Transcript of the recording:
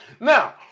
Now